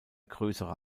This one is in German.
größere